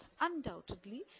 undoubtedly